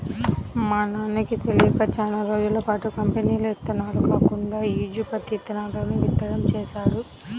మా నాన్నకి తెలియక చానా రోజులపాటు కంపెనీల ఇత్తనాలు కాకుండా లూజు పత్తి ఇత్తనాలను విత్తడం చేశాడు